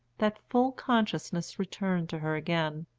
that full consciousness returned to her again.